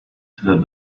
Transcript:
that